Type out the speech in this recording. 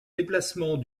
déplacement